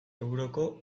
euroko